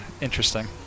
Interesting